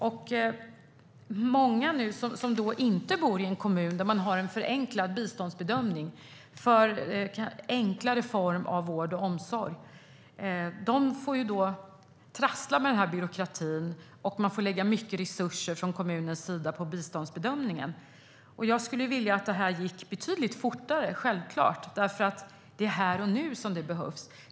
Många som inte bor i en kommun där man har en förenklad biståndsbedömning för enklare former av vård och omsorg får då trassla med byråkratin, och man får lägga mycket resurser från kommunens sida på biståndsbedömningen. Jag skulle självklart vilja att det här gick betydligt fortare, för det är här och nu som det behövs.